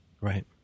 Right